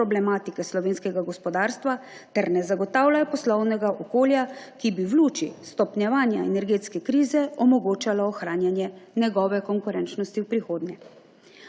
problematike slovenskega gospodarstva ter ne zagotavljajo poslovnega okolja, ki bi v luči stopnjevanja energetske krize omogočalo ohranjanje njegove konkurenčnosti v prihodnje.